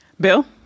Bill